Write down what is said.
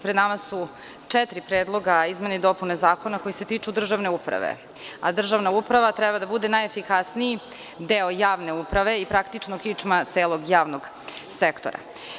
Pred nama su četiri Predloga izmene i dopune zakona koji se tiču državne uprave, a državna uprava treba da bude najefikasniji deo javne uprave i praktično kičma celog javnog sektora.